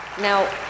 Now